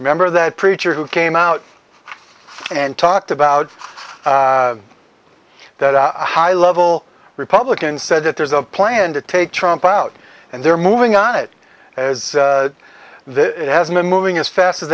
remember that preacher who came out and talked about that i high level republicans said that there's a plan to take trump out and they're moving on it as this has been moving as fast as